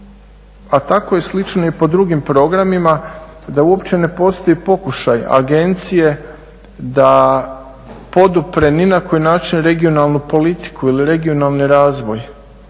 a tako je slično i po drugim programima da uopće ne postoji pokušaj agencije da podupre ni na koji način regionalnu politiku ili regionalni razvoj.